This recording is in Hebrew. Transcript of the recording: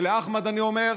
ולאחמד אני אומר: